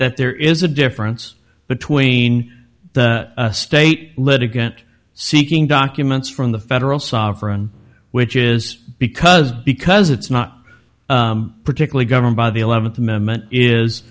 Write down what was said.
that there is a difference between the state litigant seeking documents from the federal sovereign which is because because it's not particularly governed by the eleventh amendment is